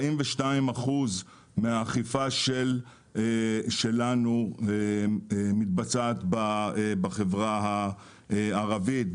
42% מהאכיפה שלנו מתבצעת בחברה הערבית,